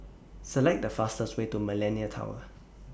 Select The fastest Way to Millenia Tower